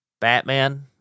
batman